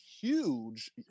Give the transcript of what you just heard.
huge